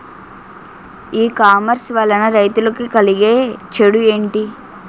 ఈ కామర్స్ వలన రైతులకి కలిగే చెడు ఎంటి?